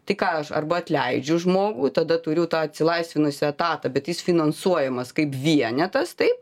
tai ką aš arba atleidžiu žmogų tada turiu tą atsilaisvinusį etatą bet jis finansuojamas kaip vienetas taip